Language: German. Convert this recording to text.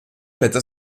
blätter